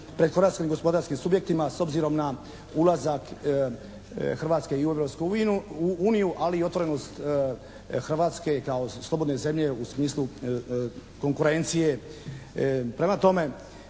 pred hrvatskim gospodarskim subjektima s obzirom na ulazak Hrvatske u Europsku uniju ali i otvorenost Hrvatske kao slobodne zemlje u smislu konkurencije. Prema tome,